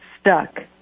stuck